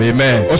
Amen